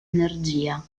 energia